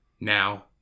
now